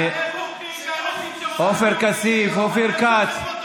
תומך טרור, זה מה שאתה, עופר כסיף, אופיר כץ.